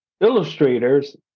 illustrators